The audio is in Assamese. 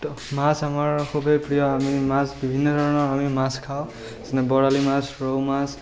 মাছ আমাৰ খুবেই প্ৰিয় আমি মাছ বিভিন্ন ধৰণৰ আমি মাছ খাওঁ যেনে বৰালি মাছ ৰৌ মাছ